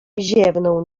ziewnął